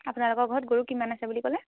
আপোনালোকৰ ঘৰত গৰু কিমান আছে বুলি ক'লে